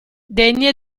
degne